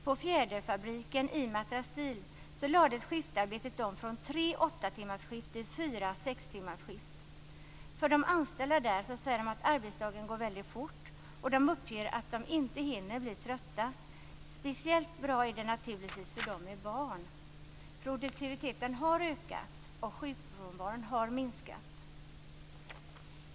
På fjäderfabriken De anställda säger att arbetsdagen går väldigt fort, och de uppger att de inte hinner bli trötta. Speciellt bra är det naturligtvis för dem som har barn. Produktiviteten har ökat, och sjukfrånvaron har minskat.